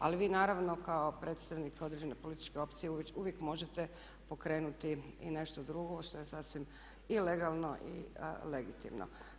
Ali vi naravno kao predstavnik određene političke opcije uvijek možete pokrenuti i nešto drugo što je sasvim i legalno i legitimno.